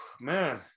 man